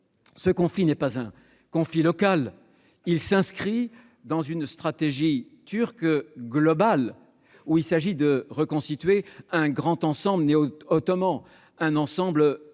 ce conflit n'est pas un conflit local : il s'inscrit dans une stratégie turque globale visant à reconstituer un grand ensemble néo-ottoman, un ensemble